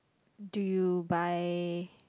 do you buy